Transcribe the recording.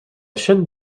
chaîne